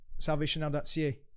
salvationnow.ca